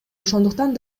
ошондуктан